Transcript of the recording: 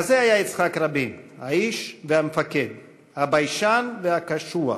כזה היה יצחק רבין, האיש והמפקד, הביישן והקשוח,